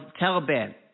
Taliban